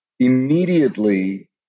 immediately